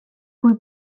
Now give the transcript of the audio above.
kui